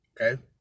Okay